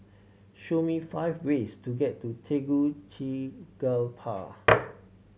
show me five ways to get to Tegucigalpa